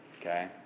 okay